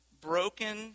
broken